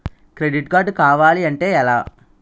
Credit card కావాలి అంటే ఎలా?